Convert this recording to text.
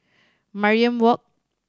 Mariam Walk